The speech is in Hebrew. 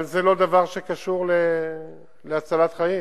אבל זה לא דבר שקשור להצלת חיים.